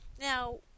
now